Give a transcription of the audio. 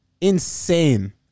Insane